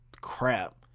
crap